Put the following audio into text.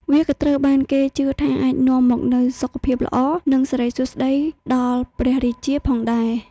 វាក៏ត្រូវបានគេជឿថាអាចនាំមកនូវសុខភាពល្អនិងសិរីសួស្តីដល់ព្រះរាជាផងដែរ។